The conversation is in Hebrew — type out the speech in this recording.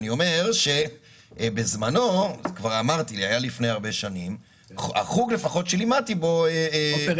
אני אומר שבזמנו זה היה לפני הרבה שנים החוג שלימדתי בו --- עופר,